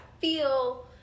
feel